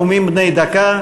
נאומים בני דקה.